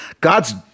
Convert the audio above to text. God's